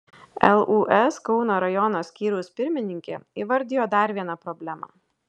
lūs kauno rajono skyriaus pirmininkė įvardijo dar vieną problemą